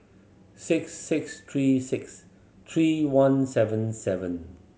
six six three six three one seven seven